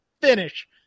finish